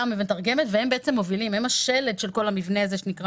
המשרדים האלה הם מובילים והם השלד של כל המבנה שנקרא